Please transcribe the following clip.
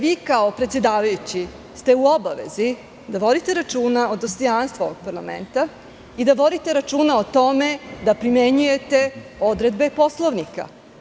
Vi kao predsedavajući ste u obavezi da vodite računa o dostojanstvu ovog parlamenta i da vodite računa o tome da primenjujete odredbe Poslovnika.